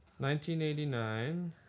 1989